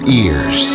ears